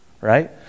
right